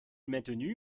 maintenu